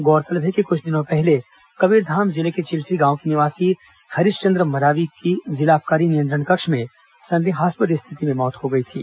गोरतलब है कि कुछ दिनों पहले कबीरधाम जिले के चिल्फी गांव के निवासी हरिशचंद्र मरावी की जिला आबकारी नियंत्रण कक्ष में संदेहास्पद स्थिति में मौत हो गई थी